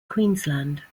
queensland